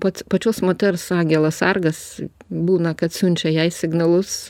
pats pačios moters angelas sargas būna kad siunčia jai signalus